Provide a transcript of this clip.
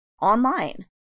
online